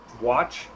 watch